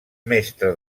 mestre